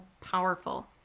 powerful